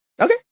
Okay